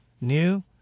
new